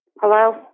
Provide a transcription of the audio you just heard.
Hello